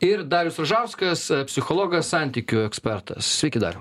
ir darius ražauskas psichologas santykių ekspertas sveiki dariau